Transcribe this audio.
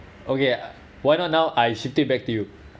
okay uh why not now I shift it back to you